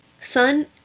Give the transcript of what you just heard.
son